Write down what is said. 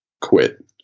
quit